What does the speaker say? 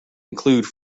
include